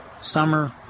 summer